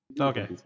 Okay